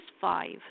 five